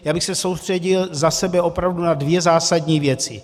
Já bych se soustředil za sebe opravdu na dvě zásadní věci.